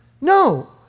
No